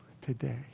today